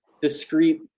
discrete